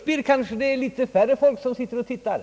Ger man Shakespeare är det kanske få människor som sitter och tittar.